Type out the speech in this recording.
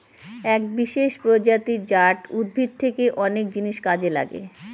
এক বিশেষ প্রজাতি জাট উদ্ভিদ থেকে অনেক জিনিস কাজে লাগে